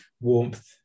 warmth